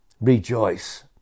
rejoice